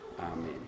Amen